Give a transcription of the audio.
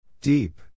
Deep